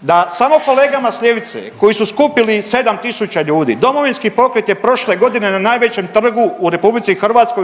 Da samo kolegama s ljevice koji su skupili 7 tisuća ljudi, Domovinski pokret je prošle godine na najvećem trgu u RH